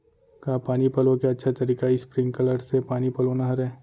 का पानी पलोय के अच्छा तरीका स्प्रिंगकलर से पानी पलोना हरय?